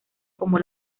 como